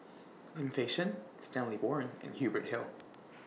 Lim Fei Shen Stanley Warren and Hubert Hill